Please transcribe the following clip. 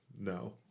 no